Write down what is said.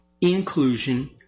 inclusion